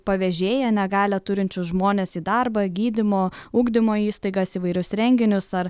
pavėžėja negalią turinčius žmones į darbą gydymo ugdymo įstaigas įvairius renginius ar